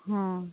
ହଁ